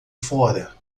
fora